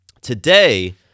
Today